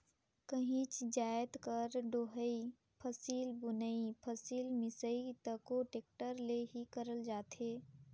काहीच जाएत कर डोहई, फसिल बुनई, फसिल मिसई तको टेक्टर ले ही करल जाथे